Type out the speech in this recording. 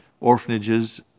orphanages